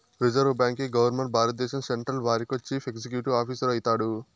reserve బాంకీ governor భారద్దేశం central బారికో చీఫ్ ఎక్సిక్యూటివ్ ఆఫీసరు అయితాడు